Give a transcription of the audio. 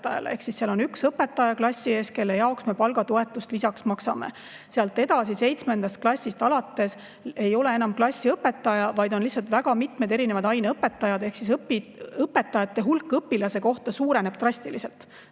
Ehk seal on üks õpetaja klassi ees, kelle jaoks me palgatoetust lisaks maksame. Sealt edasi, seitsmendast klassist alates ei ole enam klassiõpetaja, vaid on lihtsalt väga mitmed erinevad aineõpetajad ehk õpetajate hulk õpilase kohta suureneb drastiliselt